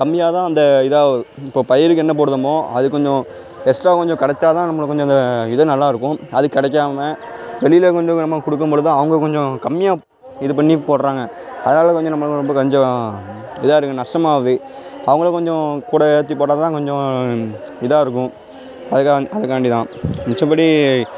கம்மியாகதான் அந்த இதாவு இப்போது பயிருக்கு என்ன போடுதமோ அது கொஞ்சம் எக்ஸ்ட்ரா கொஞ்சம் கிடச்சாதான் நம்மளுக்கு கொஞ்சம் அந்த இது நல்லாயிருக்கும் அது கிடைக்காம வெளியில் கொண்டு நம்ம கொடுக்கும்பொழுது அவங்க கொஞ்சம் கம்மியாக இது பண்ணி போடுறாங்க அதால் கொஞ்சம் நம்மளுக்கு ரொம்ப கொஞ்சம் இதாக இருக்குது நஷ்டமாவுது அவங்களும் கொஞ்சம் கூட ஏற்றிப் போட்டால் தான் கொஞ்சம் இதாக இருக்கும் அதுக்காக அதுக்காண்டி தான் மிச்சபடி